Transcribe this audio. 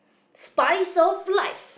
spice of life